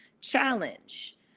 challenge